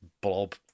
blob